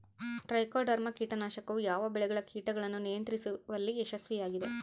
Trichoderma ಕೇಟನಾಶಕವು ಯಾವ ಬೆಳೆಗಳ ಕೇಟಗಳನ್ನು ನಿಯಂತ್ರಿಸುವಲ್ಲಿ ಯಶಸ್ವಿಯಾಗಿದೆ?